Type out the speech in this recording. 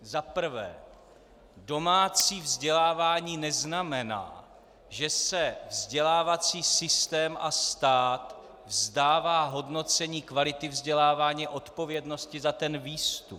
Za prvé, domácí vzdělávání neznamená, že se vzdělávací systém a stát vzdává hodnocení kvality vzdělávání a odpovědnosti za výstup.